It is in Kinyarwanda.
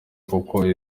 kuko